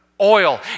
oil